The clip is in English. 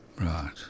Right